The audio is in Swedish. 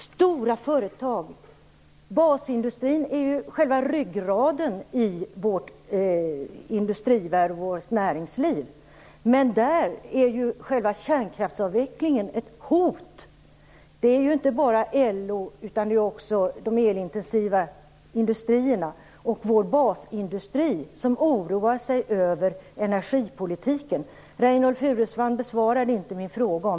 Stora företag - basindustrin - är ryggraden i vår industrivärld och vårt näringsliv, och där är kärnkraftsavvecklingen ett hot. Det är inte bara LO utan också de elintensiva industrierna och vår basindustri som oroar sig över energipolitiken. Reynoldh Furustrand besvarade inte min fråga.